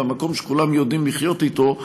למקום שכולם יודעים לחיות איתו,